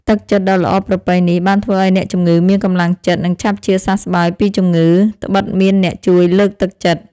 ទឹកចិត្តដ៏ល្អប្រពៃនេះ បានធ្វើឱ្យអ្នកជំងឺមានកម្លាំងចិត្ត និងឆាប់ជាសះស្បើយពីជំងឺដ្បិតមានអ្នកជួយលើកទឹកចិត្ត។